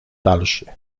dalszy